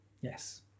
yes